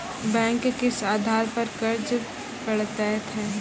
Bank किस आधार पर कर्ज पड़तैत हैं?